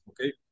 okay